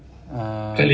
uh